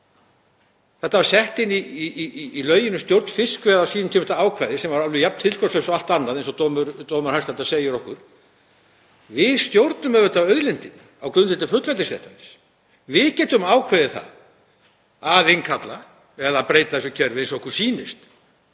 Þetta var sett inn í lög um stjórn fiskveiða á sínum tíma, þetta ákvæði, sem var alveg jafn tilgangslaust og allt annað, eins og dómur Hæstaréttar segir okkur. Við stjórnum auðvitað auðlindinni á grundvelli fullveldisréttarins. Við getum ákveðið að innkalla eða breyta þessu kerfi eins og okkur sýnist